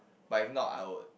but if not I would